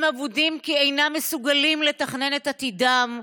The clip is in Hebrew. הם אבודים כי אינם מסוגלים לתכנן את עתידם,